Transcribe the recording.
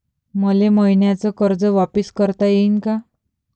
मले मईन्याचं कर्ज वापिस करता येईन का?